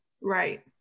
Right